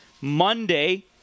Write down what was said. Monday